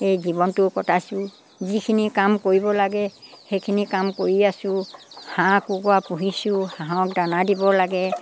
এই জীৱনটো কটাইছোঁ যিখিনি কাম কৰিব লাগে সেইখিনি কাম কৰি আছো হাঁহ কুকুৰা পুহিছোঁ হাঁহক দানা দিব লাগে